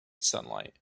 sunlight